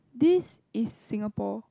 this is Singapore